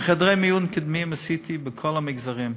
וחדרי מיון קדמיים עשיתי בכל המגזרים,